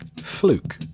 Fluke